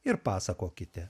ir pasakokite